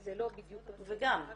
זה לא אותו דבר.